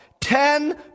ten